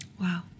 Wow